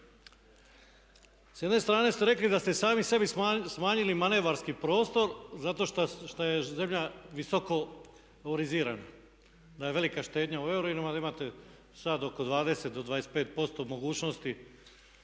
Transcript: S jedne strane ste rekli da ste sami sebi smanjili manevarski prostor zato što je zemlja visoko eurizirana, da je velika štednja u eurima i da imate sad oko 20 do 25% mogućnosti.